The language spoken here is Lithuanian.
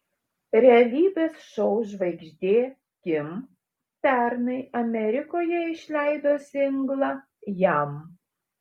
realybės šou žvaigždė kim pernai amerikoje išleido singlą jam